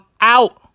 out